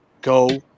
go